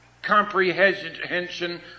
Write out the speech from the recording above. comprehension